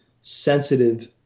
sensitive